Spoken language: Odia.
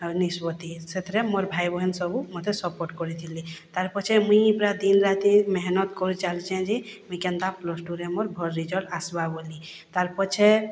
ନିଷ୍ପତ୍ତି ସେଥିରେ ମୋର ଭାଇଭହେନ୍ ସବୁ ମତେ ସପୋର୍ଟ୍ କରିଥିଲେ ତାର୍ ପଛେ ମୁଇଁ ପୁରା ଦିନ୍ ରାତି ମେହ୍ନତ୍ କରିଚାଲିଚେଁ ଯେ କେନ୍ତା ପ୍ଲସ୍ ଟୁରେ ମୋର୍ ଭଲ୍ ରିଜଲ୍ଟ୍ ଆସ୍ବା ବଲି ତାର୍ ପଛେ